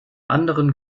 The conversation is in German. anderen